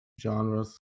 genres